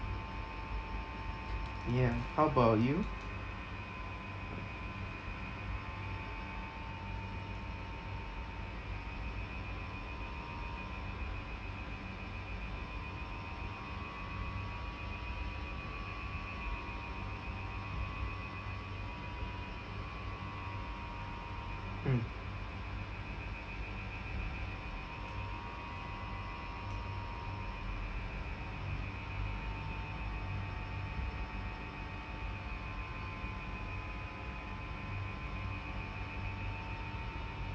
ya how about you mm